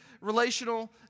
relational